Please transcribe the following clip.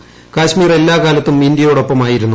ക്രിാശ്മീർ എല്ലാകാലത്തും ഇന്തൃയോടൊപ്പമായിരുന്നു